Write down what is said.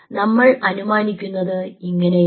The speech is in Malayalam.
നമ്മൾ അനുമാനിക്കുന്നത് ഇങ്ങനെയാണ്